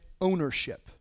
ownership